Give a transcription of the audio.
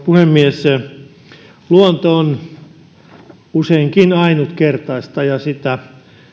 puhemies luonto on useinkin ainutkertaista ja sitä